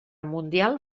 mundial